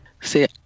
See